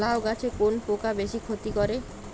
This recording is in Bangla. লাউ গাছে কোন পোকা বেশি ক্ষতি করে?